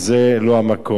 זה לא המקום.